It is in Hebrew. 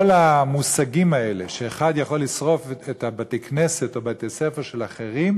כל המושגים האלה שמישהו יכול לשרוף את בתי-הכנסת או בתי-הספר של אחרים,